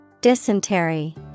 Dysentery